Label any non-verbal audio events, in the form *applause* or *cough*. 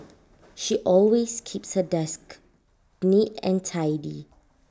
*noise* she always keeps her desk neat and tidy